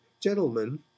gentlemen